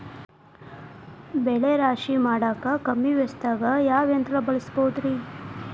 ಬೆಳೆ ರಾಶಿ ಮಾಡಾಕ ಕಮ್ಮಿ ವೆಚ್ಚದಾಗ ಯಾವ ಯಂತ್ರ ಬಳಸಬಹುದುರೇ?